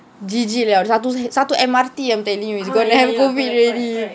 G_G liao satu M_R_T I'm telling you it's gonna have COVID already